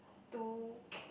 two